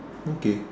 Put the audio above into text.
okay